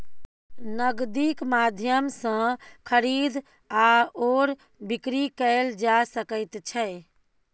नगदीक माध्यम सँ खरीद आओर बिकरी कैल जा सकैत छै